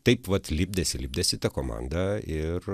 taip vat lipdėsi lipdėsi ta komanda ir